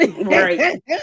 Right